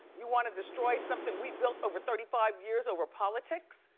you wanna destroy something we built over thirty five years over politics?